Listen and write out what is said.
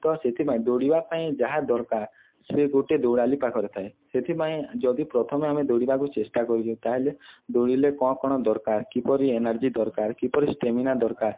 ତ ସେଥିପାଇଁ ଦୌଡ଼ିବା ପାଇଁ ଯାହା ଦରକାର ସେ ଗୋଟେ ଦୌଡ଼ାଲି ପାଖରେ ଥାଏ ସେଥିପାଇଁ ଯଦି ପ୍ରଥମେ ଆମେ ଦୌଡ଼ିବାକୁ ଚେଷ୍ଟା କରୁଚୁ ତାହେଲେ ଦୌଡ଼ିଲେ କ'ଣ କ'ଣ ଦରକାର କିପରି ଏନର୍ଜି ଦରକାର କିପରି ଷ୍ଟେମିନା ଦରକାର